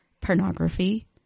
pornography